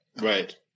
Right